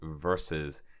versus